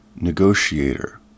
negotiator